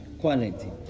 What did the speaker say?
quality